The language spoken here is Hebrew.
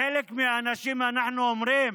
לחלק מהאנשים אנחנו אומרים,